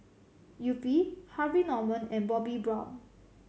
Yupi Harvey Norman and Bobbi Brown